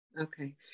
okay